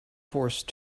force